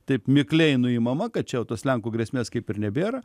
taip mikliai nuimama kad čia jau tos lenkų grėsmės kaip ir nebėra